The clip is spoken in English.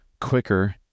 quicker